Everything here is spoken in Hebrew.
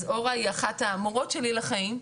אז אורה היא אחת המורות שלי לחיים.